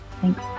thanks